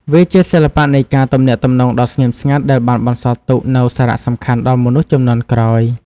វាជាសិល្បៈនៃការទំនាក់ទំនងដ៏ស្ងៀមស្ងាត់ដែលបានបន្សល់ទុកនូវសារសំខាន់ដល់មនុស្សជំនាន់ក្រោយ។